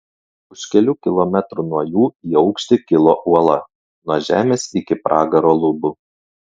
už kelių kilometrų nuo jų į aukštį kilo uola nuo žemės iki pragaro lubų